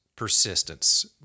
persistence